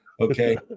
Okay